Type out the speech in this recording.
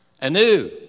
anew